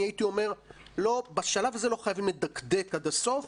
הייתי אומר שבשלב הזה לא חייבים לדקדק עד הסוף,